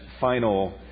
final